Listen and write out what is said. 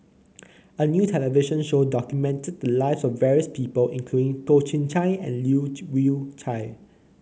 a new television show documented the lives of various people include Toh Chin Chye and Leu Yew Chye